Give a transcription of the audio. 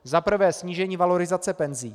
Za prvé snížení valorizace penzí.